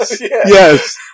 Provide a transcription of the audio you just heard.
yes